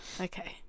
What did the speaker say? Okay